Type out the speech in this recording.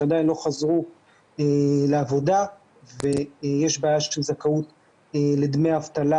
שעדיין לא חזרו לעבודה ויש בעיה של זכאות לדמי אבטלה